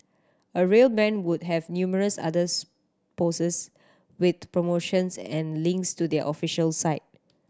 a real brand would have numerous others poses with promotions and links to their official site